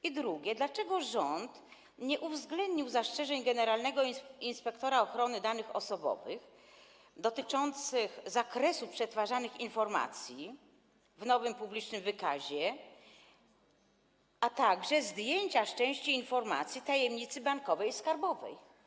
I drugie pytanie: Dlaczego rząd nie uwzględnił zastrzeżeń generalnego inspektora ochrony danych osobowych dotyczących zakresu przetwarzanych informacji w nowym publicznym wykazie, a także zdjęcia z części informacji tajemnicy bankowej i skarbowej?